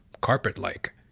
Carpet-like